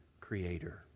Creator